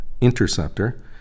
interceptor